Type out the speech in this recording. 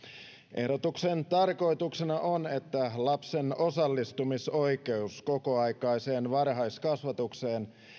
ehdotuksen tarkoituksena on että lapsen osallistumisoikeus kokoaikaiseen varhaiskasvatukseen